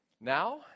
Now